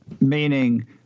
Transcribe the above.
meaning